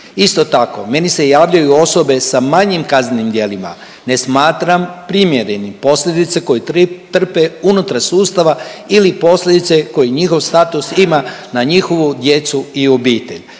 Isto tako meni se javljaju osobe sa manjim kaznenim djelima, ne smatram primjerenim posljedice koje trpe unutar sustava ili posljedice koje njihov status ima na njihovu djecu i obitelj.